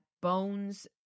bones